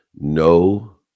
no